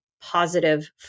positive